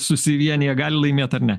susivieniję gali laimėt ar ne